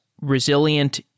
resilient